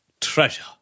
Treasure